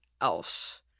else